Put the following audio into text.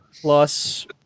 plus